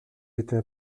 était